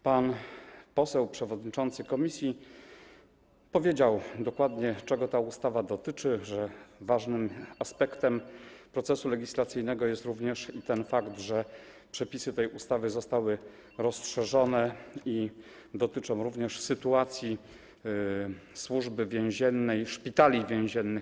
Pan poseł przewodniczący komisji powiedział dokładnie, czego ta ustawa dotyczy, oraz że ważnym aspektem procesu legislacyjnego jest również fakt, że przepisy tej ustawy zostały rozszerzone i dotyczą również sytuacji Służby Więziennej, a tak naprawdę szpitali więziennych.